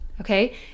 okay